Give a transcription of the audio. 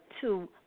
two